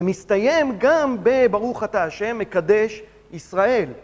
מסתיים גם בברוך אתה ה' מקדש ישראל.